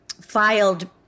filed